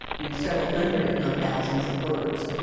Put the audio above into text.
you know, several hundred, if not thousands, of birds.